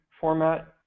format